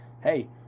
hey